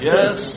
Yes